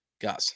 guys